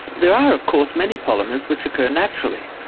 there are of course many polymers which occur naturally.